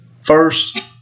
First